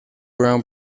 brown